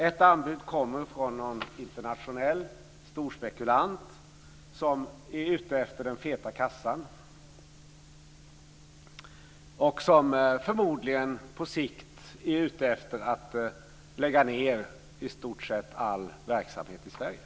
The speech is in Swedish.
Ett anbud kommer från en internationell storspekulant som är ute efter den feta kassan, och på sikt förmodligen också är ute efter att lägga ned i stort sett all verksamhet i Sverige.